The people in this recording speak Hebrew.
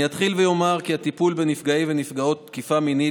אני אתחיל ואומר כי הטיפול בנפגעי ובנפגעות תקיפה מינית